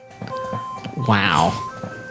Wow